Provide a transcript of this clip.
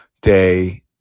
day